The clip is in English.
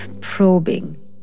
probing